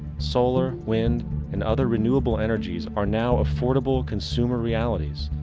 solar, wind and other renewable energies are now affordable consumer realities,